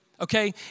okay